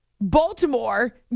Baltimore